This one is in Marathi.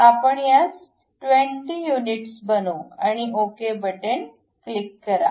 तर आपण यास 20 युनिट बनवू आणि ओके बटन क्लिक करा